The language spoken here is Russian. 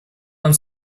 нам